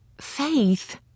Faith